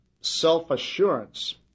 self-assurance